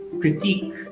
critique